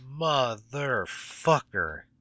Motherfucker